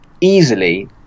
easily